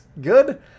good